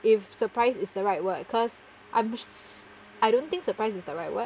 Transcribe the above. if surprise is the right word cause I I don't think surprised is the right word